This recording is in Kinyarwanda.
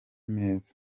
meza